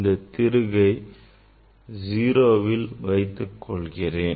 இந்த திருகை 0ல் வைத்துக் கொள்கிறேன்